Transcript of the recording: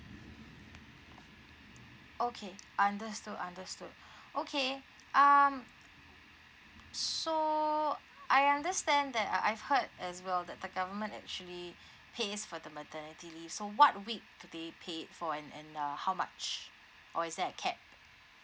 okay understood understood okay um so I understand that uh I've heard as well that the government actually pays for the maternity leave so what week to be paid for and and uh how much or is there a cap